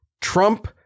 Trump